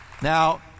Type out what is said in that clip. Now